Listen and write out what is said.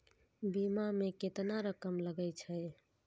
बीमा में केतना रकम लगे छै?